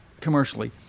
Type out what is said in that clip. commercially